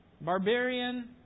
barbarian